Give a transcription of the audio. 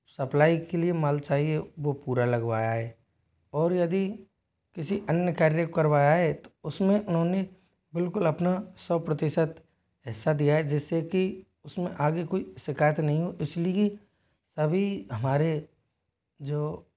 supply के लिए माल चाहिए वो पूरा लगवाया है और यदि किसी अन्य कार्य को करवाया है तो उस में उन्होंने बिल्कुल अपना सौ प्रतिशत हिस्सा दिया है जिस से कि उस में आगे कोई शिकायत नहीं हो इस लिए सभी हमारे जो